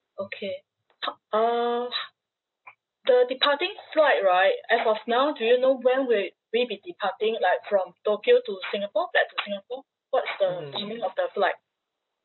okay talk uh the departing flight right as of now do you know when will we be departing like from tokyo to singapore flight to singapore what's the timing of the flight